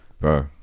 bro